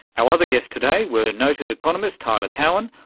our other guests today were noted economist tyler cowen,